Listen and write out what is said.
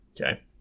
Okay